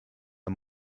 are